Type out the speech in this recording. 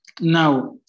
now